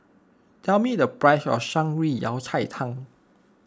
tell me the price of Shan Rui Yao Cai Tang